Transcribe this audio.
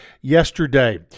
yesterday